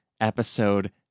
episode